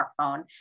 smartphone